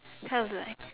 tells like